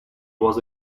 was